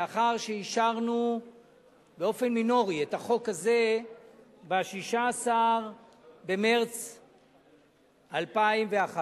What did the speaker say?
לאחר שאישרנו באופן מינורי את החוק הזה ב-16 במרס 2011,